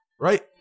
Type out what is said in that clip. right